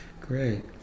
Great